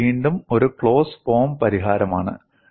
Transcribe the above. ഇത് വീണ്ടും ഒരു ക്ലോസ് ഫോം പരിഹാരമാണ്